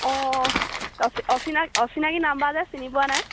অঁ অচিনাকি নাম্বাৰ যে চিনি পোৱা নাই